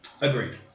Agreed